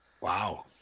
Wow